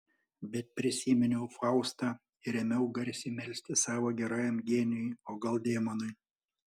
bet prisiminiau faustą ir ėmiau garsiai melstis savo gerajam genijui o gal demonui